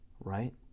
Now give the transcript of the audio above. right